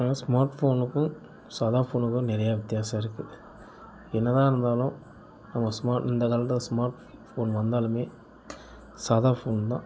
அதனால ஸ்மார்ட்ஃபோனுக்கும் சாதா ஃபோனுக்கும் நிறைய வித்தியாசம் இருக்குது என்னதான் இருந்தாலும் அவங்க ஸ்மார்ட் இந்த காலத்தில் ஸ்மார்ட்ஃபோன் வந்தாலுமே சாதா ஃபோன் தான்